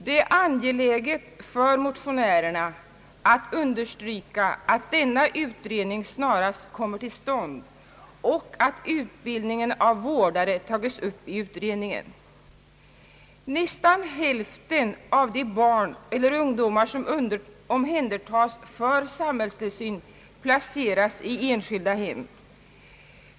Det är angeläget för motionärerna att understryka vikten av att denna utredning snarast kommer till stånd och att utbildningen av vårdare tas upp i utredningen. Nästan hälften av de barn eller ungdomar som omhändertas för sambhällstillsyn placeras i enskilda hem.